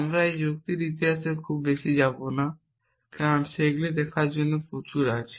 আমরা এখানে যুক্তির ইতিহাসে খুব বেশি যাব না কারণ সেগুলি দেখার জন্য প্রচুর আছে